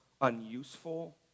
unuseful